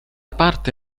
parte